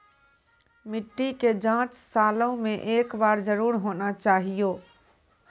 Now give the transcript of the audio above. मिट्टी के जाँच सालों मे एक बार जरूर होना चाहियो?